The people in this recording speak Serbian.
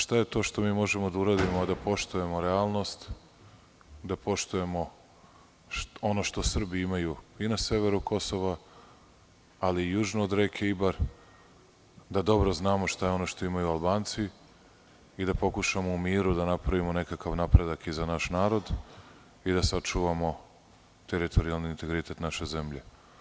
Šta je to što možemo da uradimo a da poštujemo realnost, da poštujemo ono što Srbi imaju i na severu Kosova, ali i južno od reke Ibar, da dobro znamo šta je ono što imaju Albanci i da pokušamo u miru da napravimo neki napredak i za naš narod i da sačuvamo teritorijalni integritet naše zemlje.